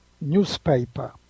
newspaper